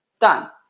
Done